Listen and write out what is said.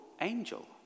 angel